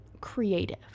creative